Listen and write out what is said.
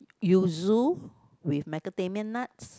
yuzu with macadamia nuts